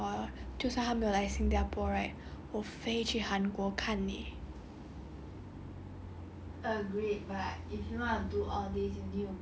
and like take picture but I hope that one day right big bang will come back then like hor 就算他没有来新加坡 right 我飞去韩国看 eh